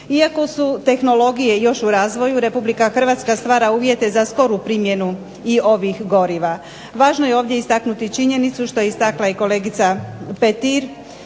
Iako su tehnologije još u razvoju Republika Hrvatska stvara uvjete za skoru primjenu i ovih goriva. Važno je ovdje istaknuti činjenicu što je istakla i kolegica Petir,